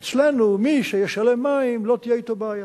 אצלנו מי שישלם על מים, לא תהיה אתו בעיה.